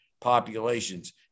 populations